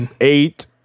eight